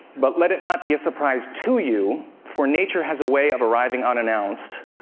but let it not be a surprise to you, for nature has a way of arriving unannounced,